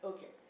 Okay